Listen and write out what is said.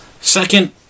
Second